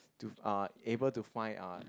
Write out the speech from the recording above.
to uh able to find uh